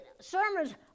sermons